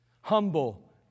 Humble